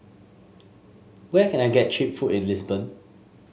where can I get cheap food in Lisbon